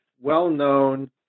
well-known